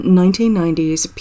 1990s